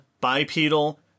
bipedal